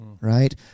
right